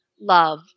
love